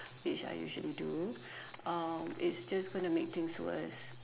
which I usually do uh it's just going to make things worst